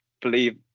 believe